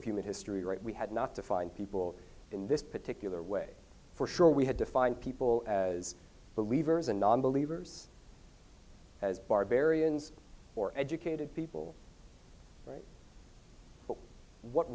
of human history right we had not to find people in this particular way for sure we had to find people as believers and nonbelievers as barbarians or educated people right what